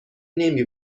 نمی